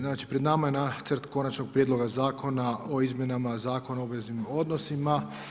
Znači, pred nama je Nacrt konačnog Prijedloga zakona o izmjenama Zakona o obveznim odnosima.